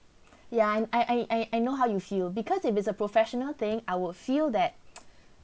ya and I I I I know how you feel because if it's a professional thing I would feel that